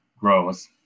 grows